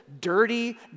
dirty